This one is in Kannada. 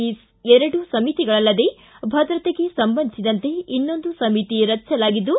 ಈ ಎರಡು ಸಮಿತಿಗಳಲ್ಲದೆ ಭದ್ರತೆಗೆ ಸಂಬಂಧಿಸಿದಂತೆ ಇನ್ನೊಂದು ಸಮಿತಿ ರಚಿಸಲಾಗಿದ್ದು